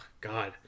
god